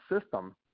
system